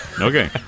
Okay